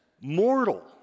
mortal